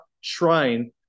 shrine